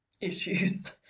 issues